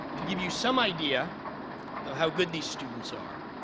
to give you some idea of how good these students are,